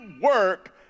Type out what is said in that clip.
work